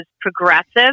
progressive